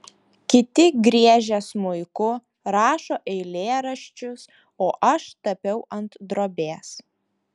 kiti griežia smuiku rašo eilėraščius o aš tapiau ant drobės